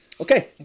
Okay